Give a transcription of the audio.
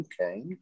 Okay